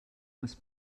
must